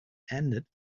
ended